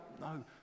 No